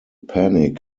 panic